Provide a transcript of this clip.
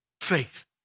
Faith